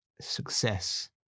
success